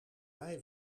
mij